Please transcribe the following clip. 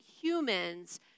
humans